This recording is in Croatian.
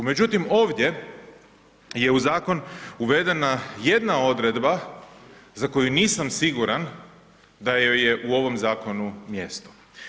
Međutim ovdje je u zakon uvedena jedna odredba za koju nisam siguran da joj je u ovom zakonu mjesto.